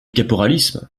caporalisme